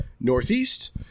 Northeast